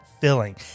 filling